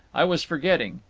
i was forgetting.